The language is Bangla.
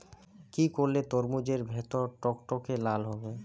কি করলে তরমুজ এর ভেতর টকটকে লাল হবে?